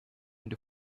into